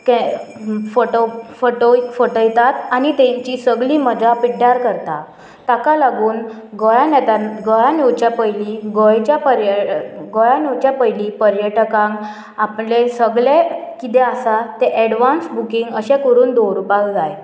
K फटो फटय फटयतात आनी तेंची सगळी मजा पिड्ड्यार करता ताका लागून गोंयान येतान गोंयान येवच्या पयलीं गोंयच्या पर्य गोंयान येवच्या पयलीं पर्यटकांक आपले सगले किदें आसा तें एडवांस बुकींग अशें करून दवरुपाक जाय